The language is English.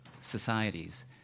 societies